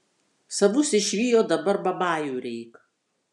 savus išvijo dabar babajų reik